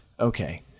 okay